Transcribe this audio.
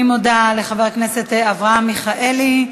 אני מודה לחבר הכנסת אברהם מיכאלי.